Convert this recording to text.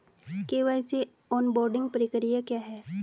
KYC onboarding प्रक्रिया क्या है?